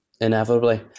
inevitably